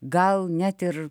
gal net ir